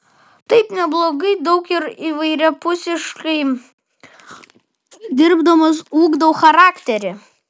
tai neblogai daug ir įvairiapusiškai dirbdamas ugdau charakterį